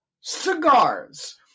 cigars